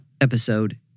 episode